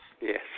Yes